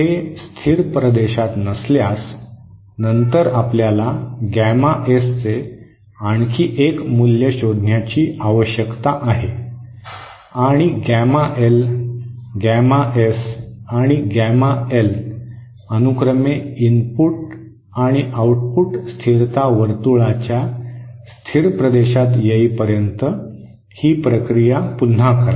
हे स्थिर प्रदेशात नसल्यास नंतर आपल्याला गॅमा एस चे आणखी एक मूल्य शोधण्याची आवश्यकता आहे आणि गॅमा एल गॅमा एस आणि गॅमा एल अनुक्रमे इनपुट आणि आउटपुट स्थिरता वर्तुळाच्या स्थिर प्रदेशात येईपर्यंत ही प्रक्रिया पुन्हा करा